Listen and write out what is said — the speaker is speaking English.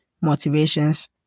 motivations